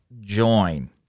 join